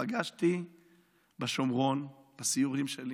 פגשתי בשומרון בסיורים שלי